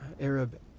Arab